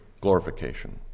glorification